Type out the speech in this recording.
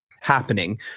happening